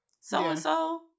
so-and-so